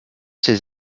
ses